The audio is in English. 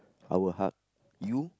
I will hug you